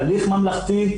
הליך ממלכתי,